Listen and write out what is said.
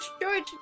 George